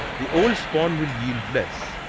the old spawn will yield less.